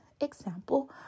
example